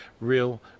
real